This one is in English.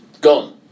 gone